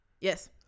Yes